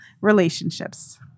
relationships